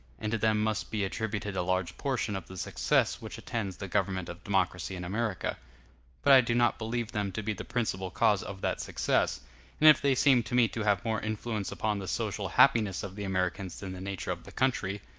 and to them must be attributed a large portion of the success which attends the government of democracy in america but i do not believe them to be the principal cause of that success and if they seem to me to have more influence upon the social happiness of the americans than the nature of the country,